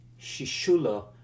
Shishula